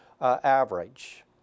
average